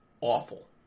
awful